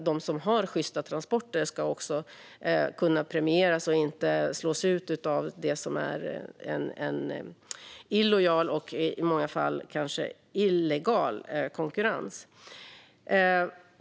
De som har sjysta transporter ska premieras och inte slås ut av illojal och i många fall illegal konkurrens.